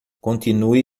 continue